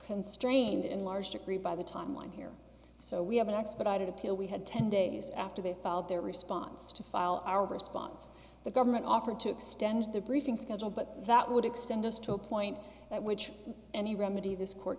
constrained in large degree by the time line here so we have an expedited appeal we had ten days after they filed their response to file our response the government offered to extend the briefing schedule but that would extend us to a point at which any remedy this court